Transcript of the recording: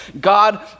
God